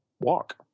walk